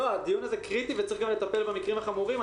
הדיון הזה קריטי וצריך גם לטפל במקרים החמורים.